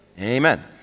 Amen